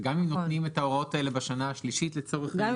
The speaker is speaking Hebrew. וגם אם נותנים את ההוראות האלה בשנה השלישית לצורך העניין